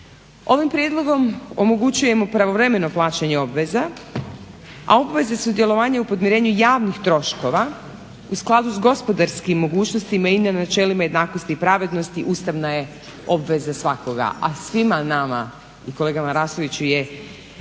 Ovim prijedlogom omogućujemo pravovremeno plaćanje obveza, a obveze sudjelovanja u podmirenju javnih troškova u skladu s gospodarskim mogućnostima i na načelima jednakosti i pravednosti ustavna je obveza svakoga, a svima nama i kolega Marasoviću je